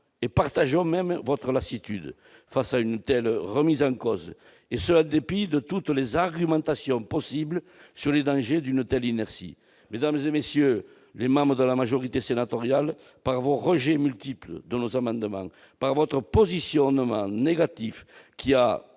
et partageons même votre lassitude face à une telle mise en cause du texte, et ce en dépit de toutes les argumentations possibles sur le danger d'une telle inertie. Mes chers collègues de la majorité sénatoriale, par vos rejets successifs de nos amendements, par votre positionnement négatif, qui a